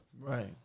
right